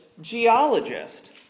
geologist